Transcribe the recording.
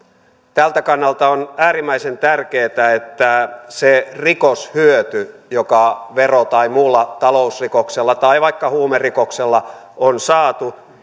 tältä kannalta on äärimmäisen tärkeätä että se rikoshyöty joka vero tai muulla talousrikoksella tai vaikka huumerikoksella on saatu